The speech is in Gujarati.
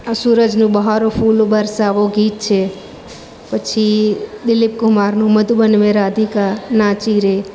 આ સૂરજનું બહારો ફૂલ બરસાવો ગીત છે પછી દિલીપ કુમારનું મધુબન મેં રાધિકા નાચી રે